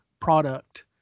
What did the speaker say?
product